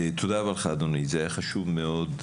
תודה רבה לך, אדוני, זה היה חשוב מאוד.